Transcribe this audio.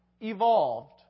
evolved